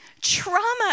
trauma